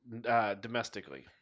domestically